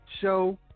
show